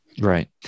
Right